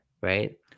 Right